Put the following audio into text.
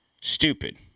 stupid